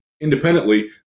independently